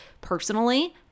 Personally